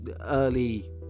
early